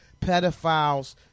pedophiles